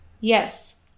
Yes